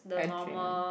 edging